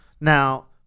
Now